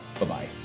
Bye-bye